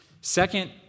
Second